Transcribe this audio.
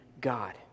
God